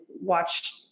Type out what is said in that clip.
watch